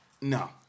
no